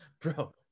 Bro